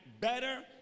better